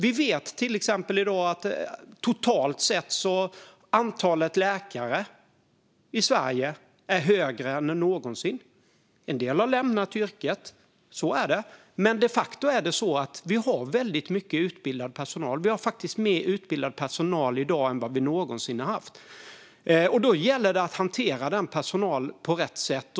Vi vet att antalet läkare i Sverige i dag totalt sett är större än någonsin. En del har lämnat yrket, men de facto har vi väldigt mycket utbildad personal. Vi har faktiskt mer utbildad personal i dag än vad vi någonsin har haft. Då gäller det att hantera denna personal på rätt sätt.